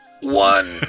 one